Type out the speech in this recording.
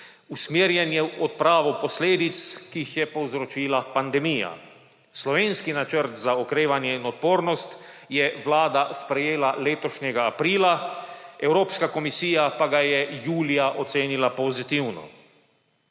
usmerjanje v odpravo posledic, ki jih je povzročila pandemija. Slovenski načrt za okrevanje in odpornost je Vlada sprejela letošnjega aprila, Evropska komisija pa ga je julija ocenila pozitivno.